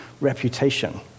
reputation